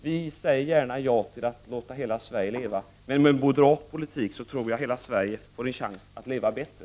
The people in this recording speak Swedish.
Vi säger gärna ja till att hela Sverige skall leva. Men med moderat politik tror jag att hela Sverige får en chans att leva bättre.